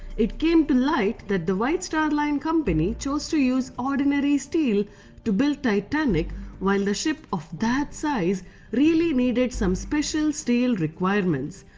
it came to light that the white star line company chose to use ordinary steel to build titanic while the ship of that size really needed some special steel requirements.